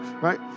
Right